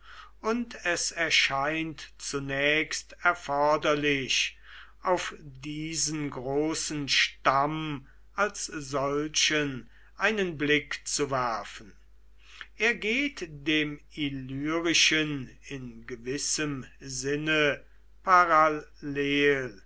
und es erscheint zunächst erforderlich auf diesen großen stamm als solchen einen blick zu werfen er geht dem illyrischen in gewissem sinne